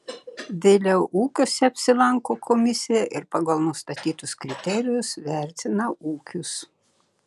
vėliau ūkiuose apsilanko komisija ir pagal nustatytus kriterijus vertina ūkius